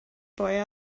boy